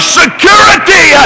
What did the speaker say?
security